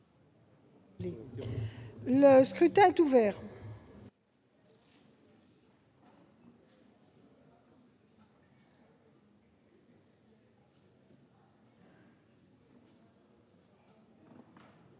Le scrutin est ouvert.